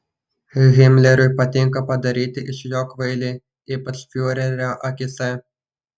himleriui patinka padaryti iš jo kvailį ypač fiurerio akyse